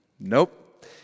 Nope